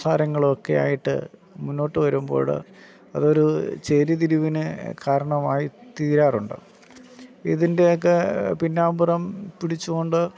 സംസാരങ്ങളൊക്കെ ആയിട്ട് മുന്നോട്ട് വരുമ്പോൾ അതൊരു ചേരിതിരിവിന് കാരണമായി തീരാറുണ്ട് ഇതിൻ്റെയൊക്കെ പിന്നാമ്പുറം പിടിച്ചുകൊണ്ട്